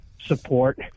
support